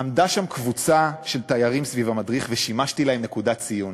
עמדה שם קבוצה של תיירים סביב המדריך ושימשתי להם נקודת ציון.